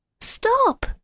Stop